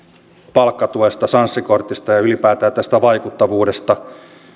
palkkatuesta sanssi kortista ja ylipäätään tästä vaikuttavuudesta